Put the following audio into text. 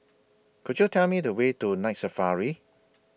Could YOU Tell Me The Way to Night Safari